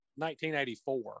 1984